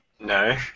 No